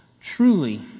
truly